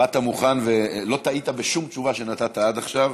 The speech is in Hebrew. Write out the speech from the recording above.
באת מוכן, ולא טעית בשום תשובה שנתת עד עכשיו.